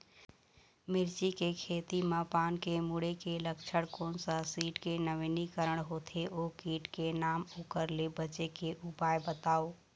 मिर्ची के खेती मा पान के मुड़े के लक्षण कोन सा कीट के नवीनीकरण होथे ओ कीट के नाम ओकर ले बचे के उपाय बताओ?